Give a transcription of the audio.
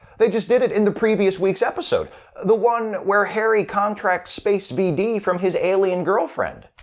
they just did it in the previous week's episode the one where harry contracts space v d. from his alien girlfriend.